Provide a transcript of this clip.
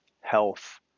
health